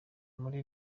muri